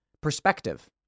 perspective